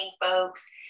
folks